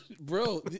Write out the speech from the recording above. bro